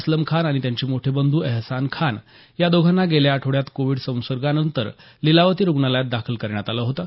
असलम खान आणि त्यांचे मोठे बंधू एहसान खान या दोघांना गेल्या आठवड्यात कोविड संसर्गानंतर लिलावती रुग्णालयात दाखल करण्यात आलं होतं